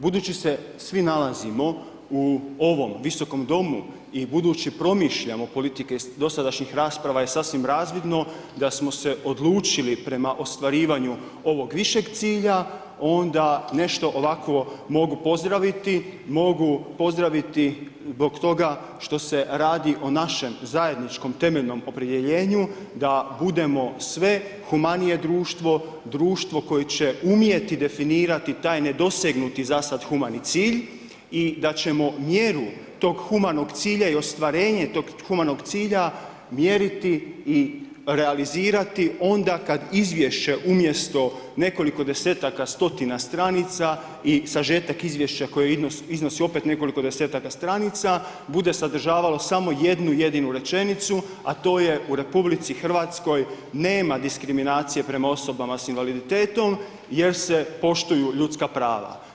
Budući se svi nalazimo u ovom Visokom domu i budući promišljamo politike dosadašnjih rasprava je sasvim razvidno i da smo se odlučili prema ostvarivanju ovog višeg cilja, onda nešto ovakvo mogu pozdraviti, mogu pozdraviti zbog toga što se radi o našem zajedničkom temeljnom opredjeljenju da budemo sve humanije društvo, društvo koje će umjeti definirati taj nedosegnuti zasad humani cilj i da ćemo mjeru tog humanog cilja i ostvarenje tog humanog cilja mjeriti i realizirati onda kad izvješće umjesto nekoliko desetaka stotina stranica i sažetak izvješća koje iznosi opet nekoliko desetaka stranica, bude sadržavalo samo jednu jedinu rečenicu a to je u RH nema diskriminacije prema osobama sa invaliditetom jer se poštuju ljudska prava.